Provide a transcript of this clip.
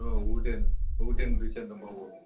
औ उदेन उदेन ब्रिड्सआनो दंबावो